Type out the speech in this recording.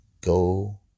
Go